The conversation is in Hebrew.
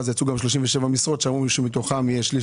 אז יצאו גם 37 משרות שאמרו שמתוכם יהיה שליש,